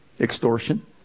extortion